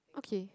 okay